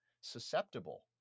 susceptible